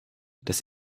dass